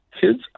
kids